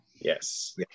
Yes